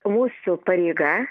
mūsų pareiga